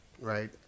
right